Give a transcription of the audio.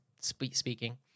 speaking